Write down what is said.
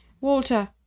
Walter